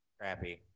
Crappy